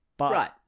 Right